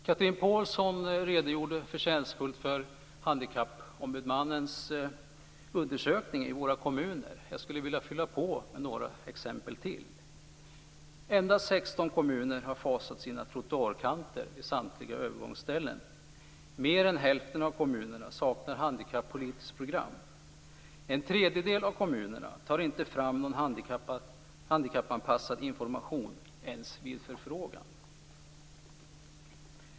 Chatrine Pålsson redogjorde förtjänstfullt för handikappombudsmannens undersökning i våra kommuner. Jag skulle vilja fylla på med några exempel till. En av sexton kommuner har fasat trottoarkanterna vid samtliga övergångsställen. Mer än hälften av kommunerna saknar handikappolitiskt program. En tredjedel av kommunerna tar inte fram någon handikappanpassad information - inte ens vid förfrågan.